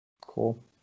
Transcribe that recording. Cool